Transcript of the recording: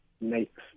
makes